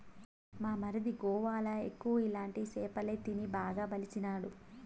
మా మరిది గోవాల ఎక్కువ ఇలాంటి సేపలే తిని బాగా బలిసినాడు